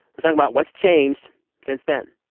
we're talking about what's changed since then